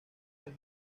del